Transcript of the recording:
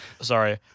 Sorry